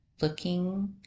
Looking